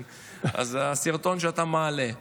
בסרטון שאתה מעלה.